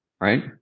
right